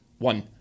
One